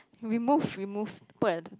remove remove put at